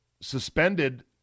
suspended